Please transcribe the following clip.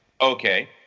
Okay